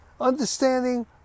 understanding